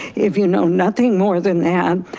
if you know nothing more than that,